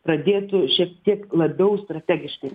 pradėtų šiek tiek labiau strategiškai